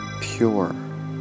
pure